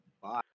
Bye